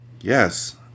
Yes